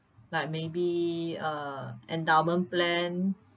like maybe err endowment plan